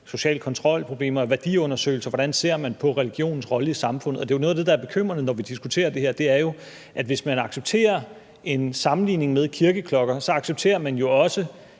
social kontrol og værdiundersøgelser, altså hvordan man ser på religionens rolle i samfundet. Det er jo noget af det, der er bekymrende, når vi diskuterer det her. Altså, hvis man accepterer en sammenligning med kirkeklokker, accepterer man jo også